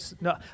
no